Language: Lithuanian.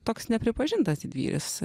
toks nepripažintas didvyris